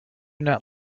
not